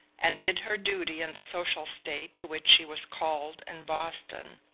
and did her duty in the social state to which she was called in boston.